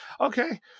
Okay